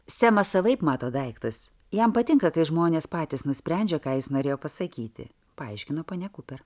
semas savaip mato daiktus jam patinka kai žmonės patys nusprendžia ką jis norėjo pasakyti paaiškino ponia kuper